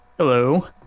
Hello